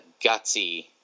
gutsy